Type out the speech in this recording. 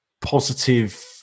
positive